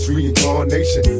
Reincarnation